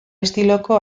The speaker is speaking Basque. estiloko